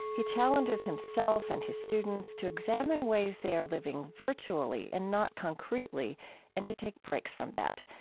he challenges himself and his students to examine ways they are living virtually and not concretely and to take breaks from that,